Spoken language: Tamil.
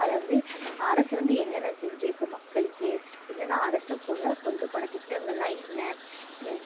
அதில் வந்து அரசு வந்து என்னென்ன செஞ்சிருக்கும் மக்களுக்கு என்னென்ன அரசு போல் கொண்டு போன திட்டங்களெலாம் என்ன